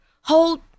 Hold